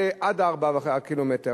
עד 4 קילומטר.